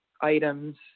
items